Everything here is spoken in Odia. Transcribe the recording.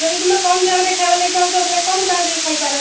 ଯଦି ତୁମେ କମ୍ ଦାମ୍ରେ ଖାଇବାର ଲାଗି ଚାହୁଁଛ ବୋଲେ କମ୍ ଦାମ୍ରେ ଖାଇପାର